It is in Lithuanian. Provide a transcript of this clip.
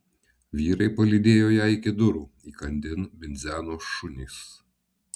vyrai palydėjo ją iki durų įkandin bidzeno šunys